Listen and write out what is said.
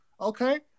okay